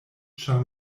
ĉar